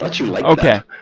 okay